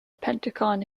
pentagon